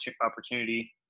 opportunity